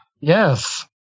Yes